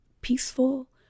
peaceful